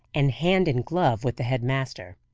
and hand-in-glove with the head-master.